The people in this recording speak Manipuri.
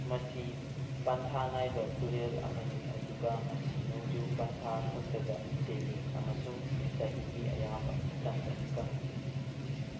ꯃꯁꯤ ꯄꯟꯊꯥ ꯅꯥꯏꯕ ꯇꯨꯔꯦꯜ ꯑꯃꯅꯤ ꯑꯗꯨꯒ ꯃꯁꯤ ꯅꯣꯡꯖꯨ ꯄꯟꯇꯊꯥꯈꯛꯇꯗ ꯆꯦꯜꯂꯤ ꯑꯃꯁꯨꯡ ꯆꯍꯤꯒꯤ ꯑꯌꯥꯝꯕ ꯃꯇꯝꯗ ꯀꯪꯏ